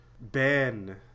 ben